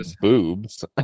boobs